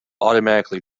automatically